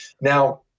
now